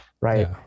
right